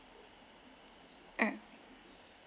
ah